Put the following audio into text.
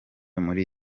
muri